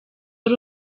ari